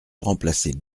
remplacer